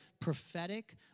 prophetic